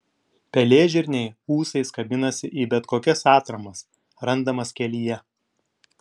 pelėžirniai ūsais kabinasi į bet kokias atramas randamas kelyje